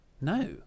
No